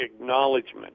acknowledgement